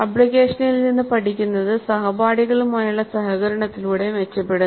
ആപ്ലിക്കേഷനിൽ നിന്ന് പഠിക്കുന്നത് സഹപാഠികളുമായുള്ള സഹകരണത്തിലൂടെ മെച്ചപ്പെടുന്നു